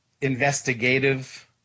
investigative